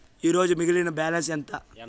ఈరోజు మిగిలిన బ్యాలెన్స్ ఎంత?